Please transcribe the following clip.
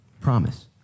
promise